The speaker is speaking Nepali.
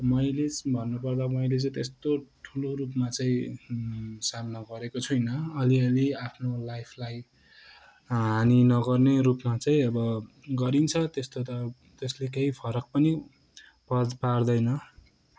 मैले चाहिँ भन्नु पर्दा मैले चाहिँ त्यस्तो ठुलो रूपमा चाहिँ सामना गरेको छुइनँ अलिअलि आफ्नो लाइफलाई हानी नगर्ने रूपमा चाहिँ अब गरिन्छ त्यस्तो त त्यसले केही फरक पनि पर् पार्दैन